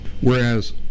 Whereas